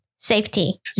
safety